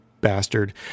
bastard